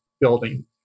Building